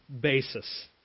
basis